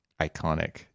iconic